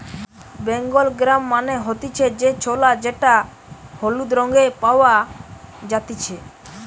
Bengal gram মানে হতিছে যে ছোলা যেটা হলুদ রঙে পাওয়া জাতিছে